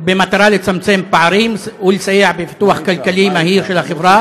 במטרה לצמצם פערים ולסייע בפיתוח כלכלי מהיר של החברה.